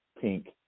pink